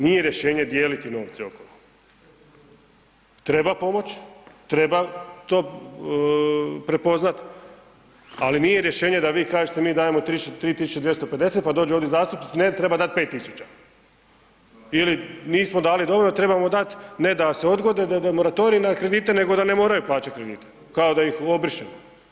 Nije rješenje dijeliti novce okolo, treba pomoć, treba to prepoznat, ali nije rješenje da vi kažete mi dajemo 3.250 pa dođu ovdje zastupnici ne treba dati 5.000 ili nismo dali dovoljno trebamo dat ne da se odgode moratorij na kredite nego da ne moraju plaćat kredite, kao da ih obrišemo.